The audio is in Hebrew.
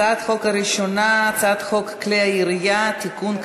הצעת החוק הראשונה היא הצעת חוק כלי הירייה (תיקון,